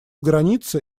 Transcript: границы